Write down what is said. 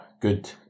good